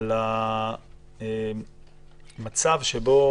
על המצב שבו